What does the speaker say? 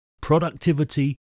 productivity